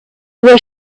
were